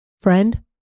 Friend